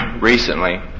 recently